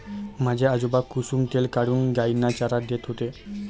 माझे आजोबा कुसुम तेल काढून गायींना चारा देत होते